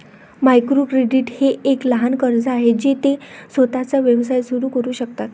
micro credit हे एक लहान कर्ज आहे जे ते स्वतःचा व्यवसाय सुरू करू शकतात